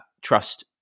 trust